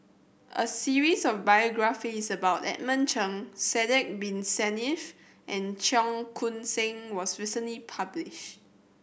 a series of biographies about Edmund Cheng Sidek Bin Saniff and Cheong Koon Seng was recently published